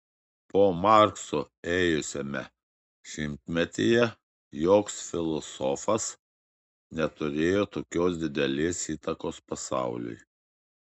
po markso ėjusiame šimtmetyje joks filosofas neturėjo tokios didelės įtakos pasauliui